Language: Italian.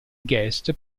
guest